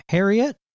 Harriet